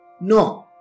No